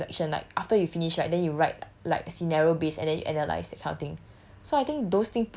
okay somehow like reflection like after you finish right then you right like scenario based and then you analyse that kind of thing